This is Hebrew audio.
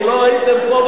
אם לא הייתם פה,